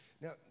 Now